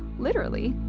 literally!